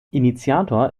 initiator